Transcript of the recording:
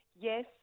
Yes